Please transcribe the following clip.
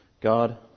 God